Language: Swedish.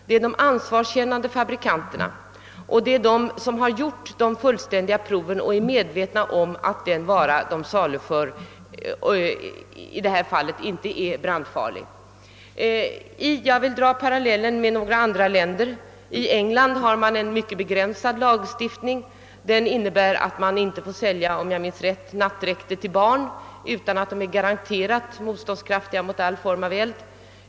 Det är de ansvarskännande fabrikanterna, som har gjort fullständiga prov och är medvetna om att den vara de saluför inte är brandfarlig. Jag vill göra en jämförelse med andra länder. England har en mycket begränsad lagstiftning. Den innebär — om jag minns rätt — att man inte får sälja nattdräkter för barn utan att de är garanterat motståndskraftiga mot alla former av eld.